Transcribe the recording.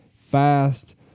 fast